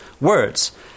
words